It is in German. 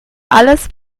alles